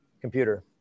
computer